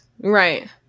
Right